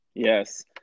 Yes